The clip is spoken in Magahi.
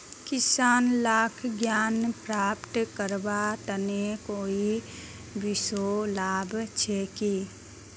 किसान लाक ऋण प्राप्त करवार तने कोई विशेष लाभ छे कि?